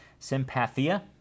Sympathia